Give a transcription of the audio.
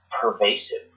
pervasive